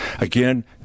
again